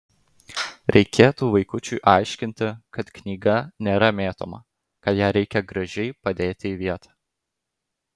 reikėtų vaikučiui aiškinti kad knyga nėra mėtoma kad ją reikia gražiai padėti į vietą